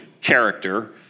character